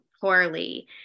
poorly